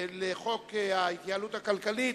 לחוק ההתייעלות הכלכלית,